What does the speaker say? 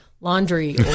laundry